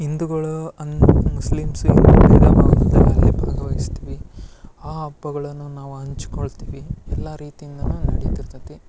ಹಿಂದುಗಳು and Muslims ಇನ್ನು ಉಳಿದ ಅಲ್ಲೇ ಭಾಗವಹಿಸ್ತೀವಿ ಆ ಹಬ್ಬಗಳನ್ನು ನಾವು ಹಂಚ್ಕೊಳ್ತಿವಿ ಎಲ್ಲ ರೀತಿಯಿಂದಲೂ ನಡಿತಿರ್ತೈತಿ